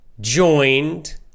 joined